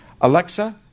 Alexa